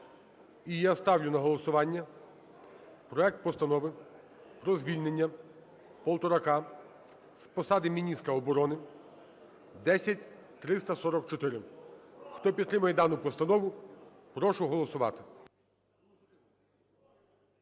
І я ставлю на голосування проект Постанови про звільненняПолторака з посади міністра оборони (10344). Хто підтримує дану постанову, прошу голосувати.